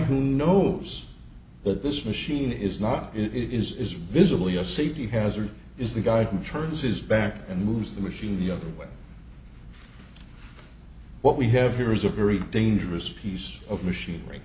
who knows that this machine is not it is visibly a safety hazard is the guy who turns his back and moves the machine the other way what we have here is a very dangerous piece of machinery